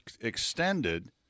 extended